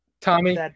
Tommy